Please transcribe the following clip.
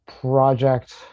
project